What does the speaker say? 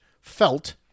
felt